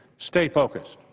stay focused.